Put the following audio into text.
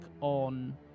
on